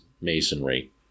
Masonry